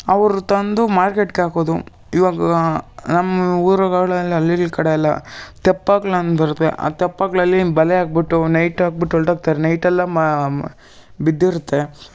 ಅವರು ತಂದು ಮಾರ್ಕೆಟ್ಗೆ ಹಾಕೋದು ಈವಾಗ ನಮ್ಮ ಊರುಗಳಲ್ಲಿ ಹಳ್ಳಿ ಕಡೆ ಎಲ್ಲ ತೆಪ್ಪಗಳು ಅಂತ ಬರುತ್ತೆ ಆ ತೆಪ್ಪಗಳಲ್ಲಿ ಬಲೆ ಹಾಕಿಬಿಟ್ಟು ನೈಟ್ ಹಾಕಿಬಿಟ್ಟು ಹೊರಟೋಗ್ತಾರೆ ನೈಟ್ ಎಲ್ಲ ಮಾ ಬಿದ್ದಿರುತ್ತೆ